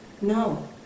no